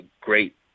great